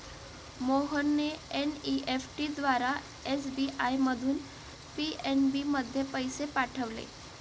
मोहनने एन.ई.एफ.टी द्वारा एस.बी.आय मधून पी.एन.बी मध्ये पैसे पाठवले